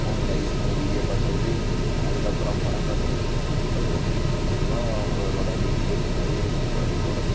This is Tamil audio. ஃபோன்ல யூஸ் பண்ணி வீடியோ பார்க்குறது அதுக்கப்புறம் படம் பார்க்குறது சுட்டி டிவி பார்க்குறது இதெலாம் அவங்களோட டெய்லி ரொட்டீனாவே இருக்குது குலந்தைங்களோடது